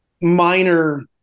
minor